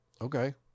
Okay